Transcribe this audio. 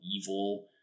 evil